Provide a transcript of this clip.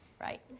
right